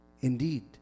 Indeed